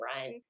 run